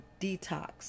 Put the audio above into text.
detox